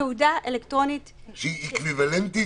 תעודה אלקטרונית --- היא אקוויוולנטית